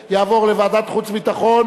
הנושא לוועדת החוץ והביטחון